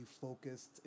focused